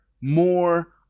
more